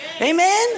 Amen